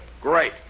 great